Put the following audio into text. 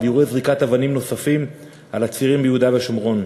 אירועי זריקת אבנים נוספים על הצירים ביהודה ושומרון.